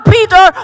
Peter